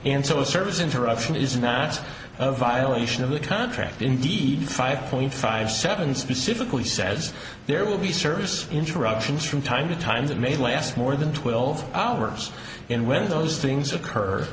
and so service interruption is not a violation of the contract indeed five point five seven specifically says there will be service interruptions from time to time that may last more than twelve hours and when those things occur